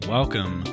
Welcome